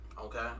Okay